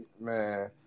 Man